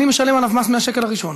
אני משלם עליו מס מהשקל הראשון.